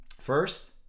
First